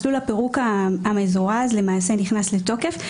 מסלול הפירוק המזורז למעשה נכנס לתוקף.